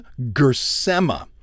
gersema